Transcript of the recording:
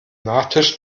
nachtisch